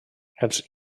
els